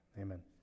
amen